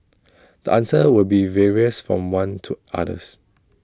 the answer will be various from one to others